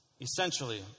Essentially